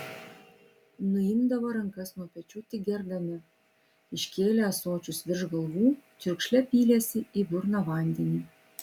nuimdavo rankas nuo pečių tik gerdami iškėlę ąsočius virš galvų čiurkšle pylėsi į burną vandenį